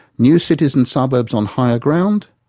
new cities and suburbs on higher ground?